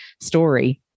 story